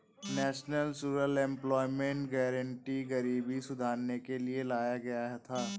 national rural employment guarantee गरीबी सुधारने के लिए लाया गया था